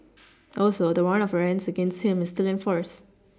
also the warrant of arrest against him is still in force